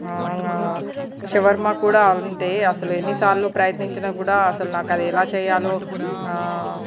shawarma కూడా అంతే అసలు ఎన్ని సార్లు ప్రయత్నించిన కూడా అసలు నాకు అది ఎలా చేయాలో